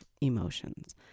emotions